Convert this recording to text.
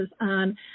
on